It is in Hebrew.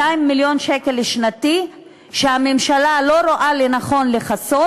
מיליון שקל בשנה שהממשלה לא רואה לנכון לכסות?